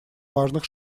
важных